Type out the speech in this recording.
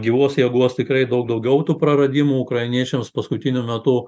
gyvos jėgos tikrai daug daugiau tų praradimų ukrainiečiams paskutiniu metu